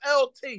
LT